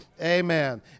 amen